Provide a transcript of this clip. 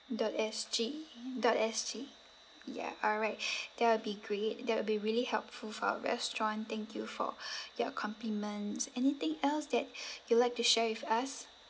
dot S_G dot S_G ya alright that will be great that will be really helpful for our restaurant thank you for your compliments anything else that you'll like to share with us